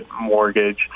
mortgage